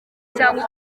cyangwa